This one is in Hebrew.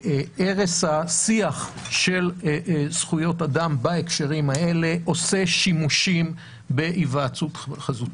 הרס השיח של זכויות אדם בהקשרים האלה עושה שימושים בהיוועצות חזותית.